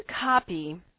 copy